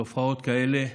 תופעות כאלה,